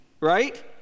right